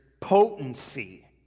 potency